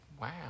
wow